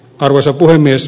arvoisa puhemies